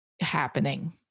happening